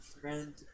friend